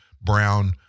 Brown